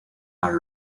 are